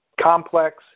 complex